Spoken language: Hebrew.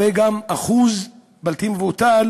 הרי גם אחוז בלתי מבוטל